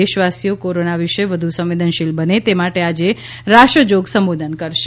દેશવાસીઓ કોરોનાં વિષે વધુ સંવેદનશીલ બને તે માટે આજે રાષ્ટ્ર જોગ સંબોધન કરશે